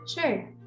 Sure